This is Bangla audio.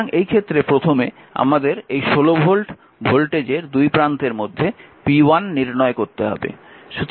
সুতরাং এই ক্ষেত্রে প্রথমে আমাদের এই 16 ভোল্ট ভোল্টেজের দুই প্রান্তের মধ্যে p1 নির্ণয় করতে হবে